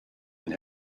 and